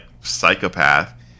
psychopath